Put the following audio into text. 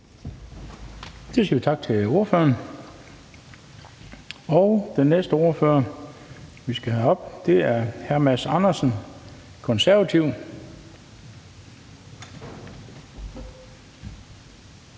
Så siger vi tak til ordføreren. Den næste ordfører, vi skal have herop, er hr. Mads Andersen, Konservative.